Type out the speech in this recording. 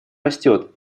растет